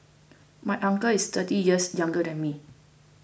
my uncle is thirty years younger than me